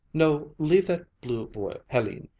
no, leave that blue voile, helene,